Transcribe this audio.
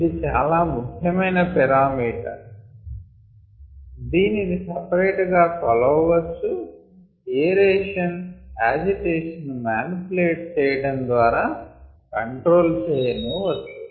ఇది చాలా ముఖ్యమయిన పారామీటర్ దీనిని సెపరేట్ గా కొలవను వచ్చు ఏరేషన్ యాజిటేషన్ ను మానిప్యులేట్ చేయడం ద్వారా కంట్రోల్ చేయను వచ్చు